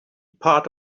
part